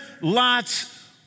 Lot's